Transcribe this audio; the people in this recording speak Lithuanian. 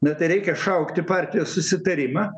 bet tai reikia šaukti partijos susitarimą